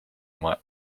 oma